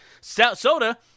Soda